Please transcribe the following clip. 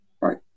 right